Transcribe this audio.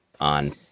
on